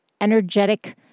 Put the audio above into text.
energetic